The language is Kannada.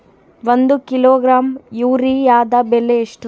ಒಂದು ಕಿಲೋಗ್ರಾಂ ಯೂರಿಯಾದ ಬೆಲೆ ಎಷ್ಟು?